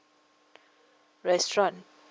restaurant